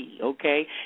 okay